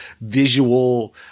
visual